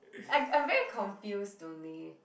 I I'm very confused though Lay